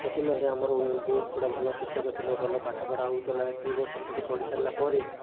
ସେଠି ମଧ୍ୟ ଆମର ବହୁତ ବଢ଼ିଆ ଭଲ ଶିକ୍ଷକ ଥିଲେ ଭଲ ପାଠ ପଢ଼ା ହେଉଥିଲା ଦୁଇ ବର୍ଷ ସେଠି ପଢ଼ିସାରିଲା ପରେ